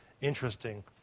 interesting